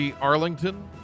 Arlington